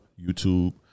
YouTube